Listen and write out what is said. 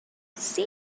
see